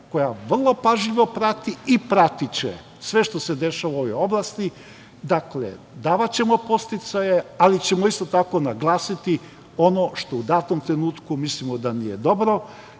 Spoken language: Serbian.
koja vrlo pažljivo prati i pratiće sve što se dešava u ovoj oblasti. Dakle, davaćemo podsticaje, ali ćemo isto tako naglasiti ono što u datom trenutku mislimo da nije dobro,